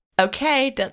okay